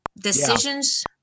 decisions